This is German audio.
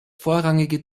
vorrangige